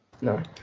No